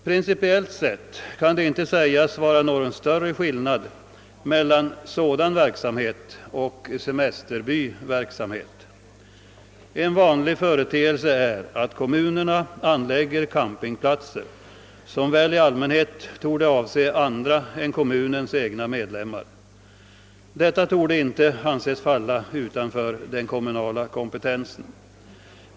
Principiellt sett kan det inte sägas vara någon större skillnad mellan sådan verksamhet och semesterbyverksamhet. En vanlig företeelse är att kommunerna anlägger campingplatser, som väl i allmänhet torde vara avsedda för andra än kommunens egna medlemmar. Detta torde inte anses falla utanför den kommunala kompetensen.